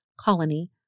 colony